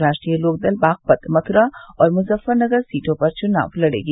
राष्ट्रीय लोकदल बागपत मथुरा और मुज़फ़रनगर सीटों पर चुनाव लड़ेगी